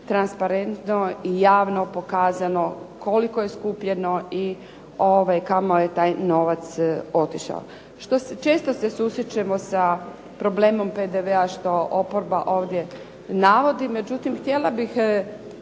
transparentno i javno pokazano koliko je skupljeno i kamo je taj novac otišao. Često se susrećemo sa problemom PDV-a što oporba ovdje navodi. Međutim, htjela bih